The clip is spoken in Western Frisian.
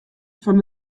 fan